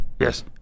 Yes